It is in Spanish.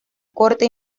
corte